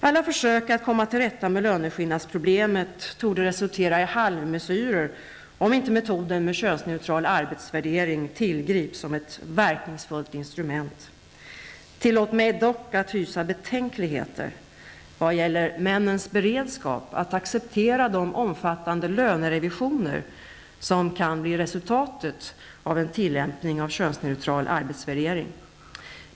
Alla försök att komma till rätta med löneskillnadsproblemet torde resultera i halvmesyrer, om inte metoden med könsneutral arbetsvärdering tillgrips som ett verkningsfullt instrument. Tillåt mig dock att hysa betänkligheter vad gäller männens beredskap att acceptera de omfattande lönerevisioner som kan bli resultatet av en tillämpning av könsneutral arbetsvärdering.